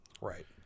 Right